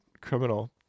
criminal